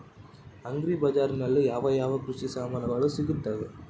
Agri ಬಜಾರಿನಲ್ಲಿ ಯಾವ ಯಾವ ಕೃಷಿಯ ಸಾಮಾನುಗಳು ಸಿಗುತ್ತವೆ?